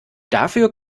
dafür